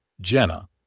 Jenna